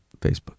Facebook